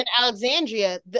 Alexandria